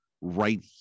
right